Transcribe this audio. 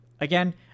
again